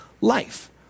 life